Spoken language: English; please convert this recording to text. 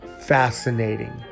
fascinating